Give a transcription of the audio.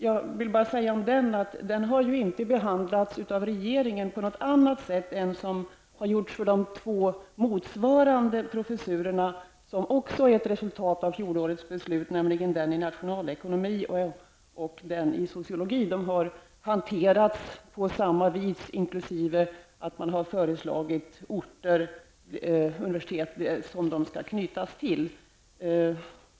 Jag vill bara säga om den att den inte har behandlats av regeringen på något annat sätt än som skett för de två motsvarande professurerna, som också är ett resultat av fjolårets beslut, nämligen den i nationalekonomi och den i sociologi. De har hanterats på samma vis, inkl. att man har föreslagit universitet som de skall knytas till.